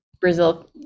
brazil